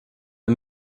ein